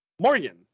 Morgan